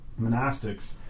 monastics